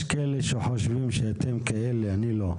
יש כאלה שחושבים שאתם כאלה, אני לא.